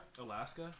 Alaska